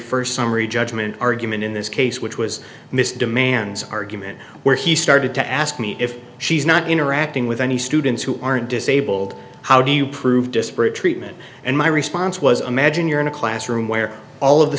first summary judgment argument in this case which was mr demands argument where he started to ask me if she's not interacting with any students who aren't disabled how do you prove disparate treatment and my response was imagine you're in a classroom where all of the